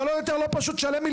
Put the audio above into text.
ומשום מה,